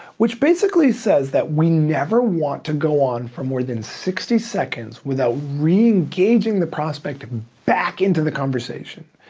which basically says that we never want to go on for more than sixty seconds without reengaging the prospect back into the conversation.